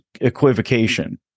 equivocation